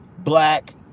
black